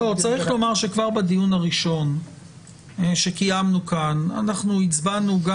צריך לומר שכבר בדיון הראשון שקיימנו כאן הצבענו על